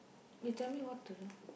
you tell me what to do